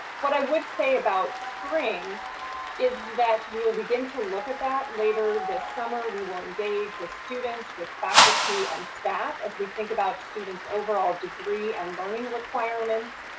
what i would say about spring is that we will begin to look at that later this summer. we will engage with students with faculty and staff as we think about students' overall degree and learning requirements,